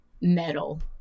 metal